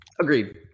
agreed